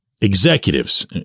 executives